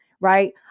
right